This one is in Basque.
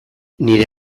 nire